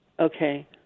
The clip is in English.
Okay